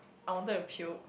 I wanted to puke